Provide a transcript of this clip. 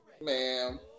ma'am